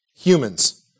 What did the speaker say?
humans